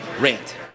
Rant